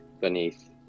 beneath